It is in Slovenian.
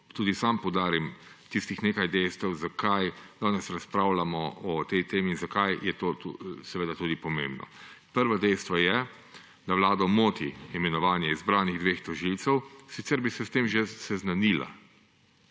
tudi sam poudarim tistih nekaj dejstev, zakaj danes razpravljamo o tej temi, zakaj je to pomembno. Prvo dejstvo je, da Vlado moti imenovanje izbranih dveh tožilcev, sicer bi se s tem že seznanila.